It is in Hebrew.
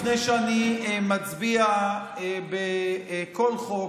לפני שאני מצביע על כל חוק,